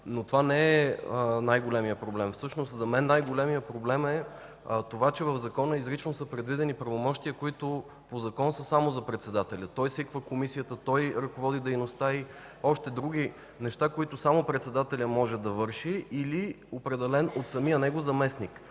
обаче не е най-големият проблем. За мен най-големият проблем е, че в Закона изрично са предвидени правомощия, които по закон са само за председателя. Той свиква Комисията, той ръководи дейността й и още други неща, които само председателят може да върши или определен от самия него заместник.